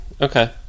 Okay